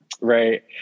Right